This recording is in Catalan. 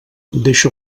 deixa